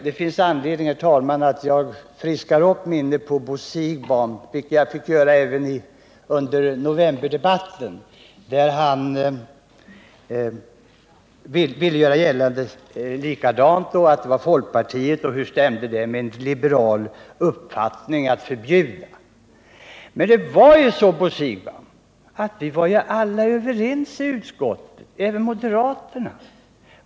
Det finns anledning att friska upp minnet på Bo Siegbahn, vilket jag fick göra även under novemberdebatten, där han ville göra gällande att det var folkpartiet som ville förbjuda och frågade hur det kunde stämma med en liberal uppfattning. Men, Bo Siegbahn, vi var ju alla överens i utskottet, även moderaterna.